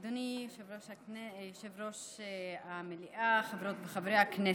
אדוני יושב-ראש המליאה, חברות וחברי הכנסת,